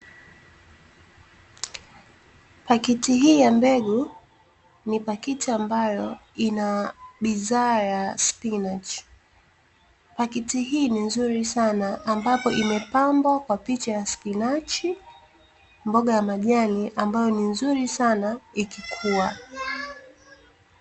Pakiti hii ya mbegu ni pakiti ambayo ina bidhaa ya spinachi. Pakiti hii ni nzuri sana ambapo imepambwa kwa picha ya spinachi, mboga ya majani ambayo ni nzuri sana ikikua.